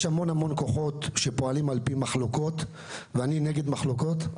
יש המון כוחות שפועלים לפי מחלוקות ואני נגד מחלוקות.